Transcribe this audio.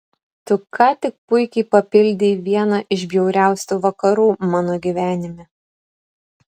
tu ką tik puikiai papildei vieną iš bjauriausių vakarų mano gyvenime